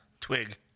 Twig